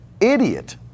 idiot